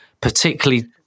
particularly